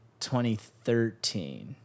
2013